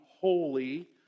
holy